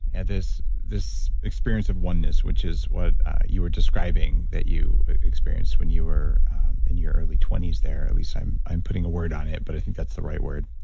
this this experience of oneness, which is what you were describing that you experienced when you were in your early twenty s there. at least, i'm i'm putting a word on it, but i think that's the right word.